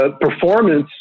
performance